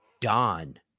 Dawn